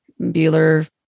Bueller